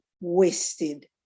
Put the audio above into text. wasted